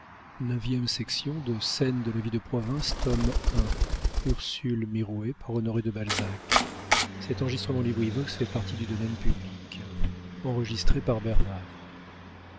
de scènes de la vie de province tome i author honoré de balzac